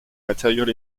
material